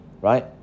right